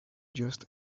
just